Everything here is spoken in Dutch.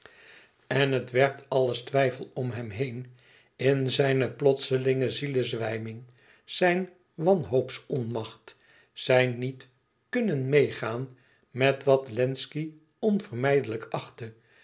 en het werd alles twijfel om hem heen in zijne plotselinge zielezwijming zijn wanhoopsonmacht zijn niet kunnen meêgaan met wat wlenzci onvermijdelijk achtte